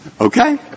okay